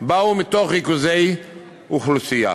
באו מתוך ריכוזי אוכלוסייה.